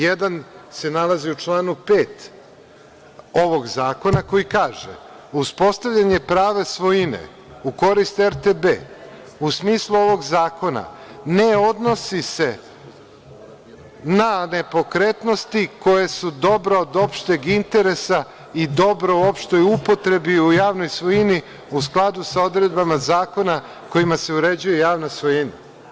Jedan se nalazi u članu 5. ovog zakona koji kaže - uspostavljanje prava svojine u korist RTB u smislu ovog zakona ne odnosi se na nepokretnosti koje su dobro od opšteg interesa i dobro u opštoj upotrebi i u javnoj svojini u skladu sa odredbama zakona kojima se uređuje javna svojina.